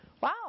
Wow